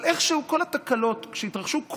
אבל איכשהו כל התקלות שהתרחשו,